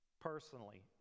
personally